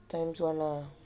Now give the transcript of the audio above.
times one ah